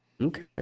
Okay